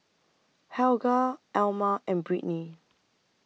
Helga Alma and Britney